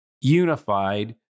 unified